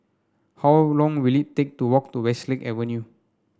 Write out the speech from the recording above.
how long will it take to walk to Westlake Avenue